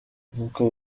nk’uko